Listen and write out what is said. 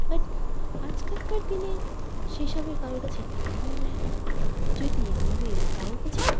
but আজকালকার দিনে সেসবের কারোর কাছে টাইমই নেই যদি আমাদের কারোর কাছে